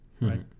right